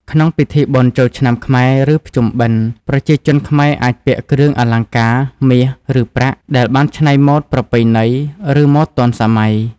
ក្នុងពិធីបុណ្យចូលឆ្នាំខ្មែរឬភ្ជុំបិណ្ឌ ប្រជាជនខ្មែរអាចពាក់គ្រឿងអលង្ការមាស ឬ ប្រាក់ដែលបាន ច្នៃម៉ូដប្រពៃណី ឬ ម៉ូដទាន់សម័យ។